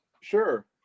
Sure